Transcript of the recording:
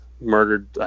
murdered